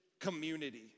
community